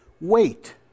wait